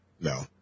No